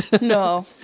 No